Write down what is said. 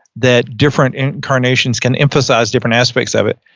that different incarnations can emphasize different aspects of it.